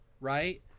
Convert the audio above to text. right